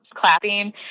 clapping